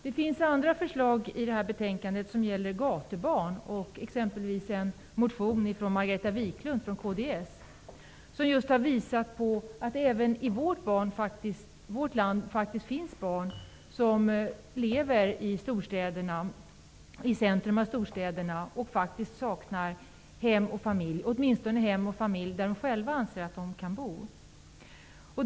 Det finns andra förslag i det här betänkandet som gäller gatubarn, exempelvis en motion av Margareta Viklund från kds, som just har visat på att det även i vårt land faktiskt finns barn som lever i centrum av storstäderna och saknar hem och familj, åtminstone hem och familj där de själva anser att de kan bo.